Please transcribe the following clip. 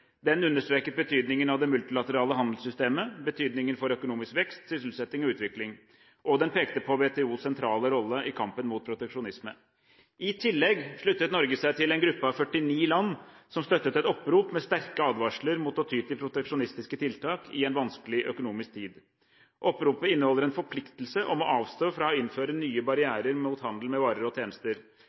Den understreket betydningen av det multilaterale handelssystemet, betydningen for økonomisk vekst, sysselsetting og utvikling, og den pekte på WTOs sentrale rolle i kampen mot proteksjonisme. I tillegg sluttet Norge seg til en gruppe av 49 land som støttet et opprop med sterke advarsler mot å ty til proteksjonistiske tiltak i en vanskelig økonomisk tid. Oppropet inneholder en forpliktelse om å avstå fra å innføre nye barrierer mot handel med varer og tjenester.